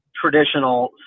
traditional